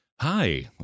Hi